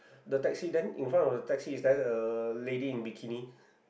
the taxi then in front of a taxi is there a lady in bikini